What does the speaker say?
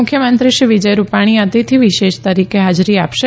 મુખ્યમંત્રી શ્રી વિજય રૂપાણી અતિથિ વિશેષ તરીકે હાજરી આપશે